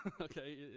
okay